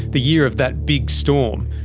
the year of that big storm,